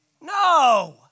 no